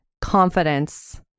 confidence